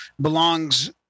belongs